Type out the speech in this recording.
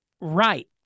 Right